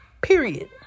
Period